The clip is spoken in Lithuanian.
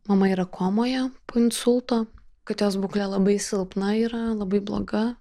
mama yra komoje po insulto kad jos būklė labai silpna yra labai bloga